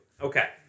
Okay